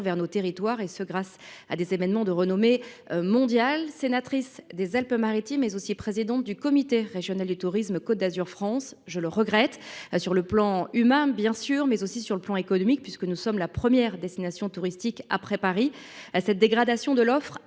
vers nos territoires, et ce grâce à des événements de renommée mondiale. Sénatrice des Alpes Maritimes, mais aussi présidente du comité régional du tourisme Côte d’Azur France, je le regrette sur un plan non seulement humain, mais également économique, puisque nous sommes la première destination touristique après Paris. Cette dégradation de l’offre